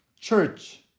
Church